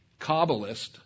Kabbalist